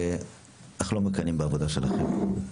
אנחנו לא מקנאים בעבודה שלכם.